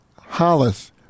Hollis